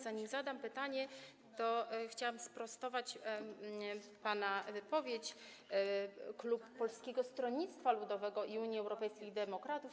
Zanim zadam pytanie, to chciałam sprostować pana wypowiedź: klub Polskiego Stronnictwa Ludowego i Unii Europejskich Demokratów.